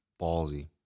ballsy